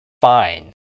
fine